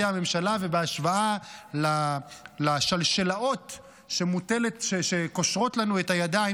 הממשלה ובהשוואה לשלשלאות שקושרות לנו את הידיים,